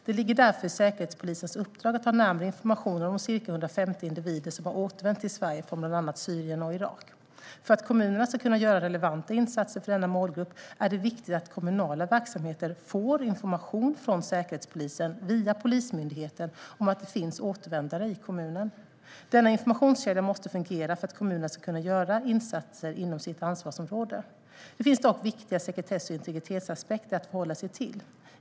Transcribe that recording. Det ligger därför i Säkerhetspolisens uppdrag att ha närmare information om de cirka 150 individer som har återvänt till Sverige från bland annat Syrien och Irak. För att kommunerna ska kunna göra relevanta insatser för denna målgrupp är det viktigt att kommunala verksamheter via Polismyndigheten får information från Säkerhetspolisen om att det finns återvändare i kommunen. Denna informationskedja måste fungera för att kommunerna ska kunna göra insatser inom sitt ansvarsområde. Det finns dock viktiga sekretess och integritetsaspekter att förhålla sig till.